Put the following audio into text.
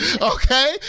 okay